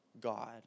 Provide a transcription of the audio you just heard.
God